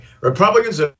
Republicans